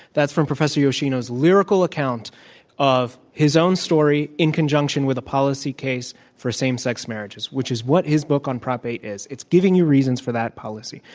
that's from professor yoshino's lyrical account of his own story in conjunction with a policy case for same sex marriages, which is what his book on prop eight is. it's giving you reasons for that policy.